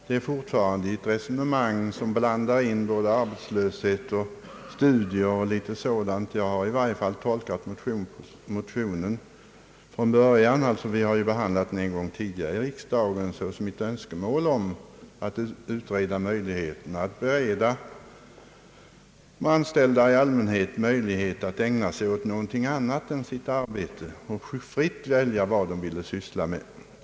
Han har fortfarande ett resonemang där han blandar in både arbetslöshet och studier och litet sådant, och jag har i varje fall från början tolkat motionen — som vi ju behandlat en gång tidigare i riksdagen — såsom ett önskemål att utreda frågan om att bereda de anställda i allmänhet möjlighet att ägna sig åt någonting annat än sitt arbete och att fritt välja vad de vill syssla med.